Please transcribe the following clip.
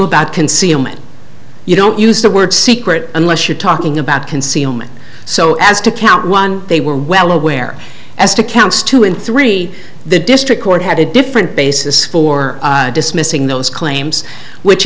about concealment you don't use the word secret unless you're talking about concealment so as to count one they were well aware as to counts two and three the district court had a different basis for dismissing those claims which